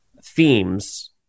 themes